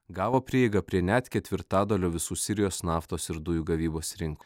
gavo prieigą prie net ketvirtadalio visų sirijos naftos ir dujų gavybos rinkų